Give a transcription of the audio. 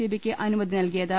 ഇബിക്ക് അനുമതി നൽകിയത്